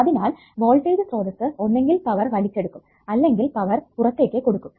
അതിനാൽ വോൾടേജ് സ്രോതസ്സ് ഒന്നെങ്കിൽ പവർ വലിച്ചെടുക്കും അല്ലെങ്കിൽ പവർ പുറത്തേക്ക് കൊടുക്കും